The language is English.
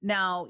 Now